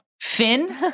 Finn